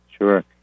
Sure